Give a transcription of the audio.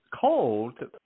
cold